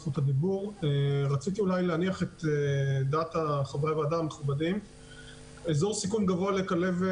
רציתי להניח את דעת חברי הוועדה: אזור סיכון לכלבת